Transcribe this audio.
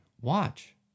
watch